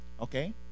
Okay